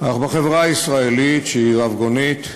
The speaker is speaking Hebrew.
בחברה הישראלית, שהיא רבגונית,